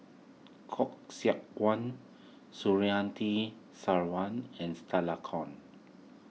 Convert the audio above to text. Khoo Seok Wan Sarwan and Stella Kon